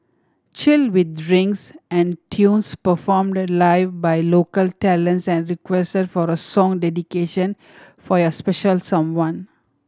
chill with drinks and tunes performed live by local talents and request for a song dedication for your special someone